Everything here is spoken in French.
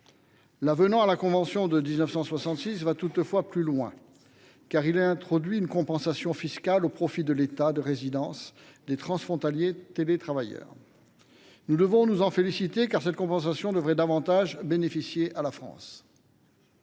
L’avenant à la convention de 1966 va toutefois plus loin, car il introduit une compensation fiscale au profit de l’État de résidence des transfrontaliers télétravailleurs. Nous devons nous en féliciter, car la France devrait bénéficier de cette